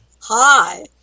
Hi